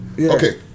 Okay